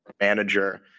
manager